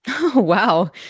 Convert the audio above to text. Wow